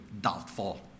doubtful